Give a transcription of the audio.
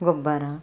ಗೊಬ್ಬರ